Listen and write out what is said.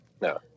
no